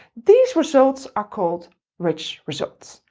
these results are called rich results.